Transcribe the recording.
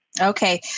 okay